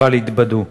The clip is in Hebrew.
אבל התבדו.